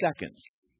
seconds